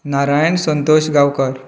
Narayan Santosh Gaonkar